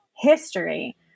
history